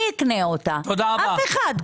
אף אחד.